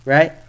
Right